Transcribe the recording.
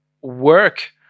work